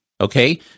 Okay